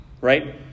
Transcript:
right